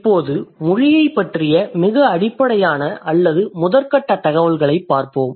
இப்போது மொழியைப் பற்றிய மிக அடிப்படையான அல்லது முதற்கட்ட தகவல்களைப் பார்ப்போம்